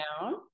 down